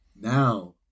Now